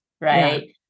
right